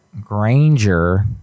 Granger